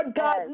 God